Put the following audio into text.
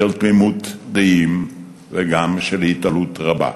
של תמימות דעים וגם של התעלות רבה.